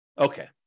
Okay